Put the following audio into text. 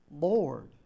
Lord